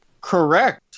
Correct